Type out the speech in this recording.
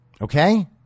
Okay